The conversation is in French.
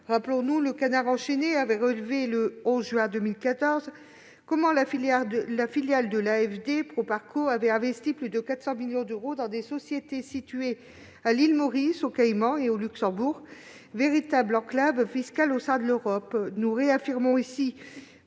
Rappelons-nous que, le 11 juin 2014, a dévoilé comment la filiale de l'AFD, Proparco, avait investi plus de 400 millions d'euros dans des sociétés situées à l'île Maurice, aux îles Caïmans et au Luxembourg, véritable enclave fiscale au sein de l'Europe. Nous réaffirmons ici